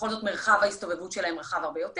שמרחב ההסתובבות שלהם רחב הרבה יותר.